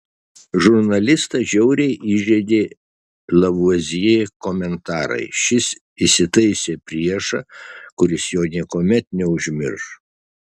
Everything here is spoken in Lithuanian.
žurnalistą žiauriai įžeidė lavuazjė komentarai šis įsitaisė priešą kuris jo niekuomet neužmirš